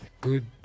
good